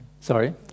Sorry